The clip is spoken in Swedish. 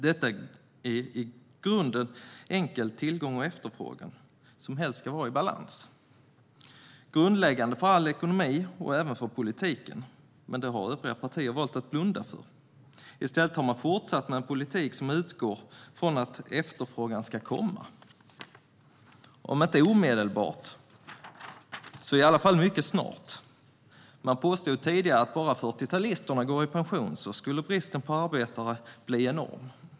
Detta är i grunden enkel tillgång och efterfrågan, som helst ska vara i balans. Det är grundläggande för all ekonomi och även för politiken, men det har övriga partier valt att blunda för. I stället har man fortsatt med en politik som utgår från att efterfrågan ska komma, om inte omedelbart så i alla fall mycket snart. Man påstod tidigare att bara 40-talisterna går i pension så skulle bristen på arbetare bli enorm.